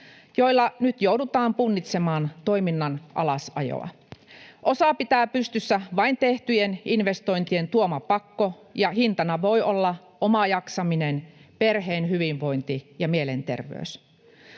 joilla nyt joudutaan punnitsemaan toiminnan alasajoa. Osaa pitää pystyssä vain tehtyjen investointien tuoma pakko, ja hintana voi olla oma jaksaminen, perheen hyvinvointi ja mielenterveys.